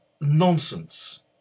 nonsense